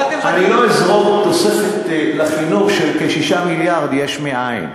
אני לא אזרוק פה תוספת לחינוך של כ-6 מיליארד יש מאין.